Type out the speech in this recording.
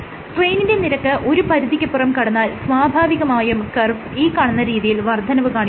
സ്ട്രെയ്നിന്റെ നിരക്ക് ഒരു പരിധിക്കപ്പുറം കടന്നാൽ സ്വാഭാവികമായും കർവ് ഈ കാണുന്ന രീതിയിൽ വർദ്ധനവ് കാണിക്കുന്നു